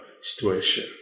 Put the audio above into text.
situation